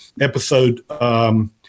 episode